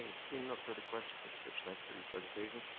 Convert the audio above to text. ah seeing no further questions miss fitch thanks for your presentation.